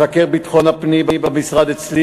מבקר ביטחון הפנים במשרד אצלי,